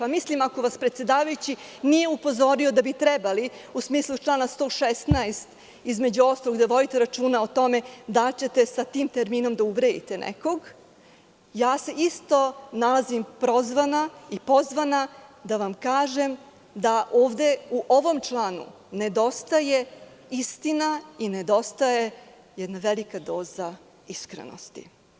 Ako vas predsedavajući nije upozorio da bi trebali, u smislu člana 116, između ostalog da vodite računa i o tome da li ćete sa tim terminom uvrediti nekoga, isto se nalazim prozvana i pozvana da vam kažem da ovde u ovom članu nedostaje istina i nedostaje jedna velika doza iskrenosti.